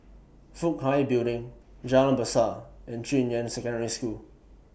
Fook Hai Building Jalan Besar and Junyuan Secondary School